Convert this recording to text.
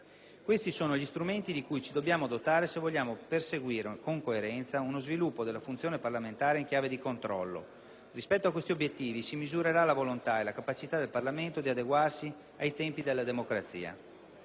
Questi sono gli strumenti di cui ci dobbiamo dotare se vogliamo perseguire con coerenza uno sviluppo della funzione parlamentare in chiave di controllo. Rispetto a questi obiettivi si misurerà la volontà e la capacità del Parlamento di adeguarsi ai tempi della democrazia.